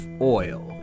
oil